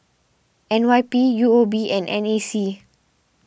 N Y P U O B and N A C